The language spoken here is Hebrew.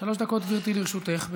שלוש דקות, גברתי, לרשותך.